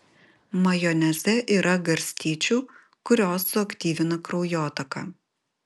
majoneze yra garstyčių kurios suaktyvina kraujotaką